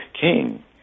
King